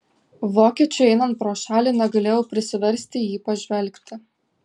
vokiečiui einant pro šalį negalėjau prisiversti į jį pažvelgti